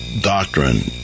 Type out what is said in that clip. Doctrine